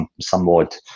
somewhat